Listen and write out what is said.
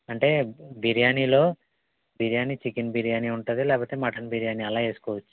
అంటే బిర్యానిలో బిర్యాని చికెన్ బిర్యాని ఉంటుంది లేకపోతే మటన్ బిర్యాని అలా వేసుకోవచ్చు